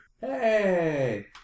Hey